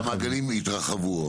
המעגלים התחרבו.